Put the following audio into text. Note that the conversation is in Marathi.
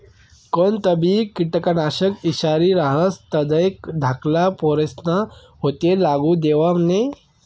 कोणतंबी किटकनाशक ईषारी रहास तधय धाकल्ला पोरेस्ना हाते लागू देवो नै